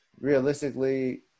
Realistically